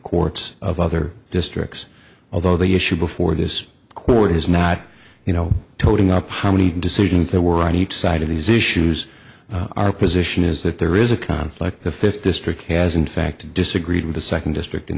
courts of other districts although the issue before this court is not you know toting up how many decisions there were on each side of these issues our position is that there is a conflict the fifth district has in fact disagreed with the second district in